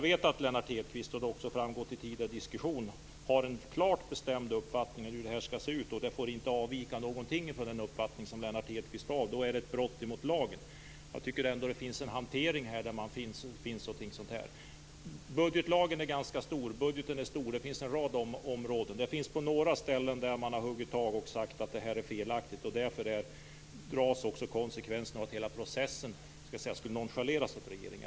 Det har också framgått i tidigare diskussioner att Lennart Hedquist har en klart bestämd uppfattning om hur detta skall se ut, och det får inte förekomma några avvikelser från hans uppfattning. Då är det ett brott emot lagen. Jag tycker ändå att det finns en hantering kring sådant här. Budgetlagen är omfattande, och budgeten är stor. Det finns några ställen som man huggit tag i och sagt att de är felaktiga. Därav dras konsekvenserna att hela processen skulle nonchaleras av regeringen.